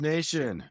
Nation